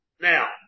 Now